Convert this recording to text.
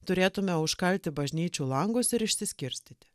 turėtume užkalti bažnyčių langus ir išsiskirstyti